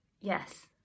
yes